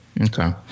Okay